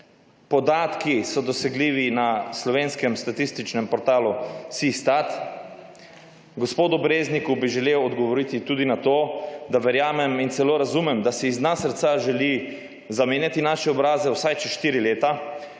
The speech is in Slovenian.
Podatki so dosegljivi na Slovenskem statističnem portalu SiStat. Gospodu Brezniku bi želel odgovoriti tudi na to, da verjamem in celo razumem, da si iz dna srca želi zamenjati naše obraze, vsaj čez štiri leta